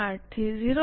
8 થી 0